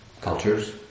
cultures